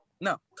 No